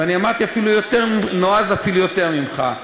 ואני אמרתי אפילו נועז, אפילו יותר ממך.